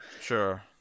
Sure